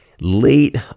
late